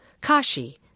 Kashi